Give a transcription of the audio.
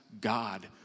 God